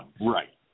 right